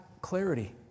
clarity